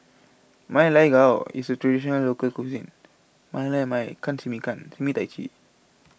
Ma Lai Gao is a Traditional Local Cuisine